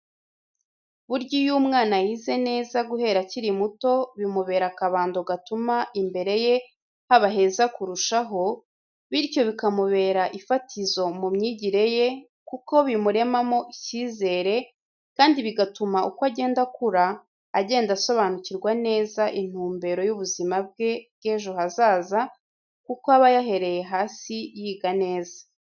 Burya iyo umwana yize neza guhera akiri muto bimubera akabando gatuma imbere ye haba heza kurushaho, bityo bikamubera ifatizo mu myigire ye kuko bimuremamo icyizere kandi bigatuma uko agenda akura agenda asobanukirwa neza intumbero y'ubuzima bwe bw'ejo hazaza kuko aba yahereye hasi yiga neza.